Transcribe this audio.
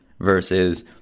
versus